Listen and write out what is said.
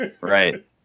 Right